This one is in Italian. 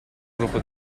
gruppo